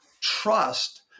trust